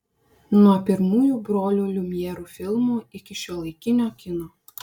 nuo pirmųjų brolių liumjerų filmų iki šiuolaikinio kino